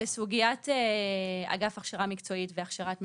לסוגיית אגף הכשרה מקצועית והכשרת מבוגרים,